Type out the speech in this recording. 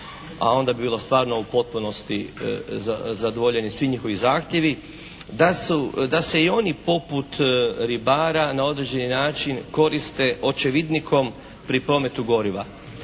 a onda bi bilo stvarno u potpunosti zadovoljeni svi njihovi zahtjevi, da se i oni poput ribara na određeni način koriste očevidnikom pri prometu goriva.